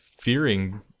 fearing